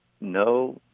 no